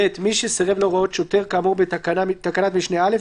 (ב)מי שסירב להוראות שוטר כאמור בתקנת משנה (א),